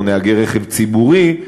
או נהגי רכב ציבורי,